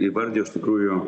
įvardijo iš tikrųjų